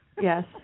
Yes